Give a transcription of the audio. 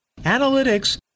analytics